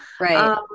Right